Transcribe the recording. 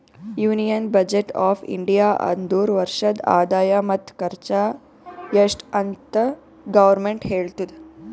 union budget of India ಅಂದುರ್ ವರ್ಷದ ಆದಾಯ ಮತ್ತ ಖರ್ಚು ಎಸ್ಟ್ ಅಂತ್ ಗೌರ್ಮೆಂಟ್ ಹೇಳ್ತುದ